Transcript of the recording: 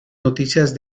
noticias